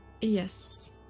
Yes